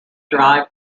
drive